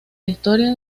historia